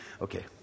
Okay